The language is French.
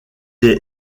est